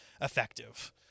effective